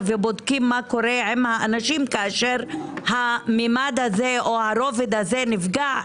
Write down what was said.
ובודקים מה קורה עם האנשים כאשר הרובד הזה נפגע,